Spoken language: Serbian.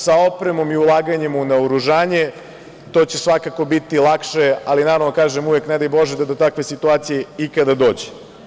Sa opremom i ulaganjem u naoružanje to će svakako biti lakše, ali naravno uvek kažem, ne daj bože, da do takve situacije ikada dođe.